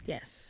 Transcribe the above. Yes